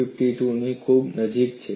52 ની ખૂબ નજીક છે